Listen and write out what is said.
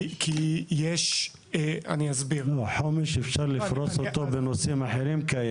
תוכנית חומש אפשר לפרוס בנושאים אחרים,